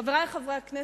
חברי חברי הכנסת,